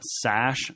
sash